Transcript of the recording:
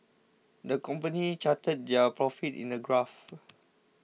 the company charted their profits in a graph